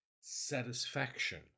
satisfaction